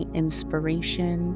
inspiration